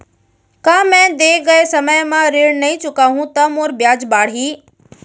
का मैं दे गए समय म ऋण नई चुकाहूँ त मोर ब्याज बाड़ही?